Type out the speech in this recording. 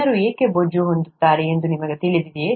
ಜನರು ಏಕೆ ಬೊಜ್ಜು ಹೊಂದುತ್ತಾರೆ ಎಂದು ನಿಮಗೆ ತಿಳಿದಿದೆಯೇ